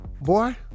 Boy